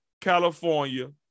California